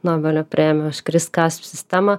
nobelio premiją už kriskasų sistemą